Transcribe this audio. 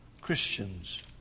Christians